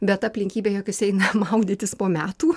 bet ta aplinkybė jog jis eina maudytis po metų